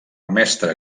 mestre